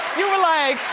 you were like.